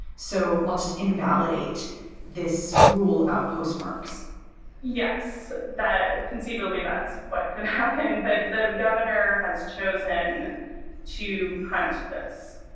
so i'll just invalidate this rule about postmarks yes. that conceivably that's what could happen. but the governor has chosen to punt this.